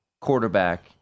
quarterback